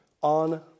on